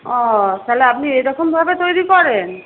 ও তা হলে আপনি এ রকম ভাবে তৈরি করেন